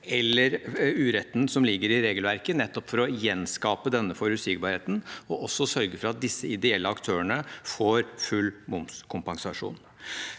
eller uretten som ligger i regelverket, nettopp for å gjenskape denne forutsigbarheten og også sørge for at disse ideelle aktørene får full momskompensasjon.